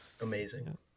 Amazing